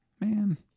man